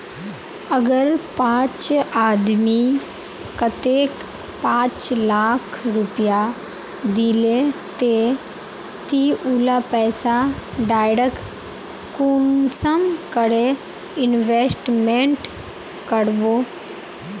अगर कोई आदमी कतेक पाँच लाख रुपया दिले ते ती उला पैसा डायरक कुंसम करे इन्वेस्टमेंट करबो?